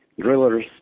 Drillers